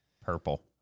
Purple